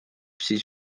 siis